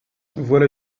voilà